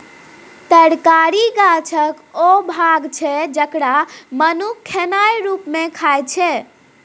तरकारी गाछक ओ भाग छै जकरा मनुख खेनाइ रुप मे खाइ छै